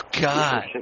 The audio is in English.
God